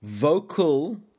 vocal